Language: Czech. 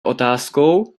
otázkou